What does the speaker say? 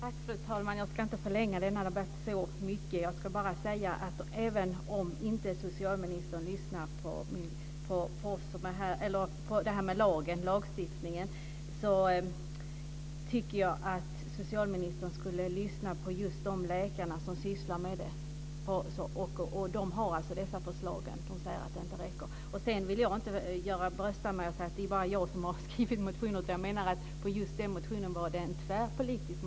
Fru talman! Jag ska inte förlänga denna debatt så länge. Jag ska bara säga att även om inte socialministern lyssnar när det gäller lagstiftningen så tycker jag att han skulle lyssna på just de läkare som sysslar med det här. De har alltså dessa förslag. De säger att det inte räcker. Sedan vill jag inte brösta mig och säga att det bara är jag som har skrivit en motion. Jag menar att just den här motionen var tvärpolitisk.